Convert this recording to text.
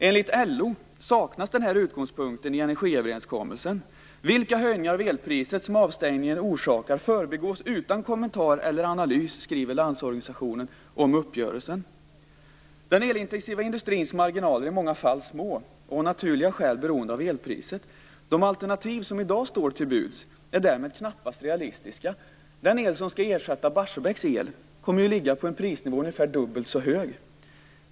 Enligt LO saknas den här utgångspunkten i energiöverenskommelsen. Vilka höjningar av elpriset som avstängningen orsakar förbigås utan kommentar eller analys, skriver Landsorganisationen om uppgörelsen. Den elintensiva industrins marginaler är i många fall små och av naturliga skäl beroende av elpriset. De alternativ som i dag står till buds är därmed knappast realistiska. Den el som skall ersätta Barsebäcks el kommer att ligga på en prisnivå som är ungefär dubbelt så hög.